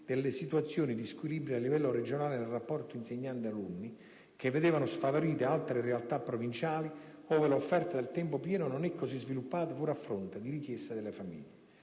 delle situazioni di squilibrio a livello regionale nel rapporto insegnanti-alunni, che vedevano sfavorite altre realtà provinciali, ove l'offerta del tempo pieno non è così sviluppata, pur a fronte di richieste delle famiglie.